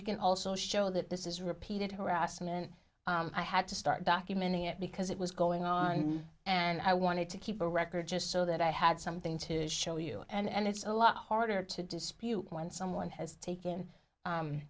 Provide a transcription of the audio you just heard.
you can also show that this is repeated harassment and i had to start documenting it because it was going on and i wanted to keep a record just so that i had something to show you and it's a lot harder to dispute when someone has taken